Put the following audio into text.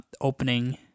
opening